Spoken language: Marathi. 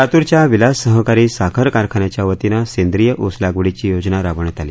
लातूरच्या विलास सहकारी साखर कारखान्याच्या वतीनं सेद्रिय ऊसलागवडीची योजना राबविण्यात आली